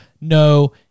no